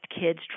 kids